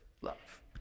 love